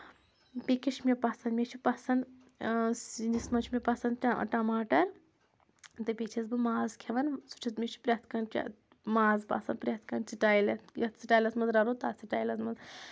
بیٚیہِ کیاہ چھُ مےٚ پسنٛد مےٚ چھُ پسنٛد سِنِس منٛز چھُ مےٚ پسنٛد ٹماٹر تہٕ بیٚیہِ چھَس بہٕ ماز کھؠون سُہ چھَس مےٚ چھُ پرؠتھ کانٛہہ ماز پَسنٛد پرؠتھ کانٛہہ سٔٹایل یَتھ سٹایلَس منٛز رَنو تَتھ سٹایلَس منٛز